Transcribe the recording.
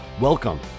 Welcome